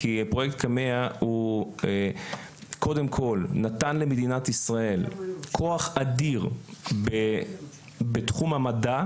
כי פרוייקט קמ"ע הוא קודם כל נתן למדינת ישראל כוח אדיר בתחום המדע,